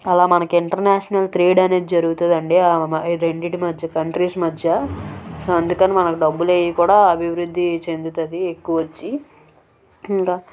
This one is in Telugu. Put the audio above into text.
అలా మనకి ఇంటర్నేషనల్ ట్రేడ్ అనేది జరుగుతుంది అండి మ ఈ రెండిటి మధ్య కంట్రీస్ మధ్య సో అందుకని మనకి డబ్బులు అవీ కూడా అభివృద్ధి చెందుతుంది ఎక్కువ వచ్చి ఇంకా